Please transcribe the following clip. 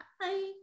Bye